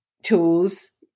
Tools